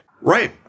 Right